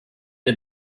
der